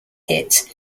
hit